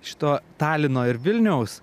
šito talino ir vilniaus